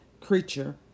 creature